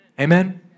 Amen